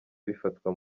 bifatwa